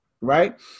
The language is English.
right